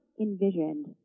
envisioned